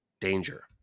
Danger